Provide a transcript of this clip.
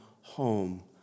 home